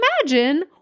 imagine